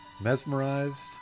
mesmerized